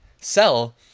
sell